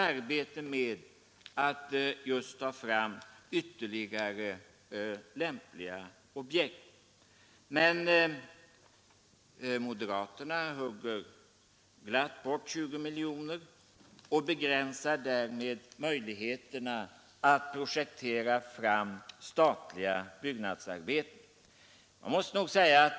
Arbetet med att just ta fram ytterligare lämpliga objekt pågår. Men moderaterna hugger glatt bort 20 miljoner kronor och begränsar därmed möjligheterna att projektera fram statliga byggnadsarbeten.